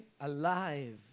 alive